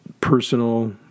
personal